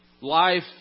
Life